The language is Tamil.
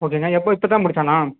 ஓகேங்க எப்போ இப்ப தான் முடிச்சானா